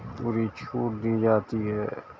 پوری چھوٹ دی جاتی ہے